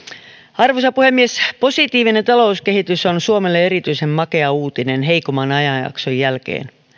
arvoisa puhemies positiivinen talouskehitys on suomelle erityisen makea uutinen heikomman ajanjakson jälkeen